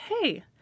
hey